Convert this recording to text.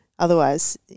Otherwise